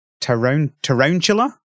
Tarantula